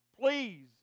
please